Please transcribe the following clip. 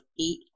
eight